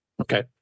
Okay